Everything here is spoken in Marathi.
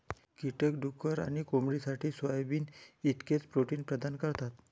कीटक डुक्कर आणि कोंबडीसाठी सोयाबीन इतकेच प्रोटीन प्रदान करतात